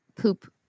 poop